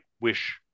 wish